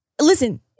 Listen